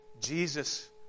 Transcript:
Jesus